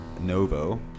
Novo